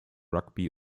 rugby